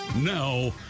now